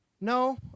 No